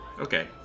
Okay